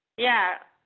yeah,